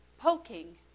poking